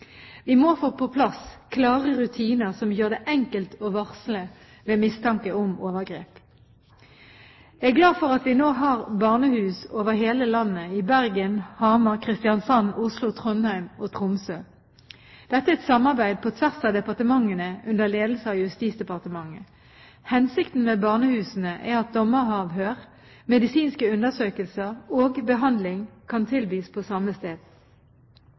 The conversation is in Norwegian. Vi må få på plass klare rutiner som gjør det enkelt å varsle ved mistanke om overgrep. Jeg er glad for at vi nå har barnehus over hele landet – i Bergen, Hamar, Kristiansand, Oslo, Trondheim og Tromsø. Dette er et samarbeid på tvers av departementene under ledelse av Justisdepartementet. Hensikten med barnehusene er at dommeravhør, medisinske undersøkelser og behandling kan tilbys på samme sted.